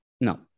No